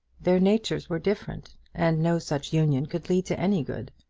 their natures were different, and no such union could lead to any good.